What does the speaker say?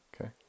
Okay